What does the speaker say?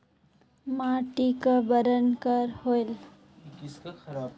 माटी का बरन कर होयल?